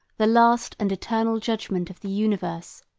the last and eternal judgment of the universe.